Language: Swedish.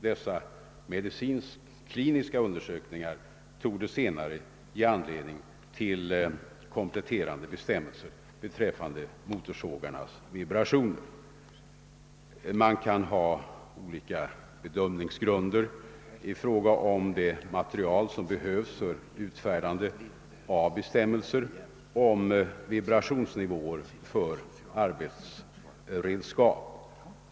Dessa medicinskt-kliniska undersökningar torde senare ge anledning till kompletterande bestämmelser beträffande motorsågarnas vibrationer. Man kan ha olika bedömningsgrunder i fråga om det material som behövs för utfärdande av bestämmelser om vibrationsnivåer för arbetsredskap.